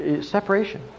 Separation